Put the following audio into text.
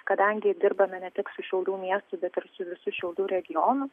kadangi dirbame ne tik su šiaulių miestu bet ir su visu šiaulių regionu